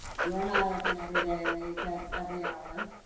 you're not open every day a week and every hour